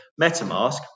MetaMask